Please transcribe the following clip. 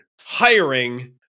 hiring